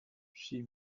she